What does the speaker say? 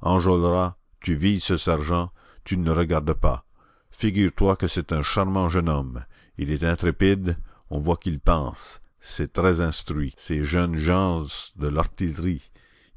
enjolras tu vises ce sergent tu ne le regardes pas figure-toi que c'est un charmant jeune homme il est intrépide on voit qu'il pense c'est très instruit ces jeunes gens de l'artillerie